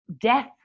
death